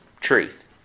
truth